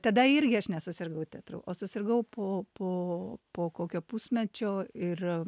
tada irgi aš nesusirgau teatru o susirgau po po po kokio pusmečio ir a